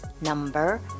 number